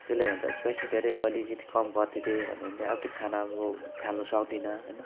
त्यसले भन्छ स्पाइसी धेरै भयो अलिकति कम गरिदे भन्यो भने अब त्यो खाना अब खानु सक्दिनँ होइन